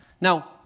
Now